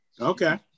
Okay